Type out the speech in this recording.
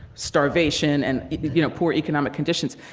starvation, and, you know, poor economic conditions,